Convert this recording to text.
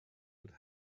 would